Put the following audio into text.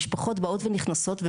משפחות באות ונכנסות,